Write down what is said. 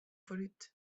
foarút